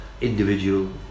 individual